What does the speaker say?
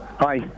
Hi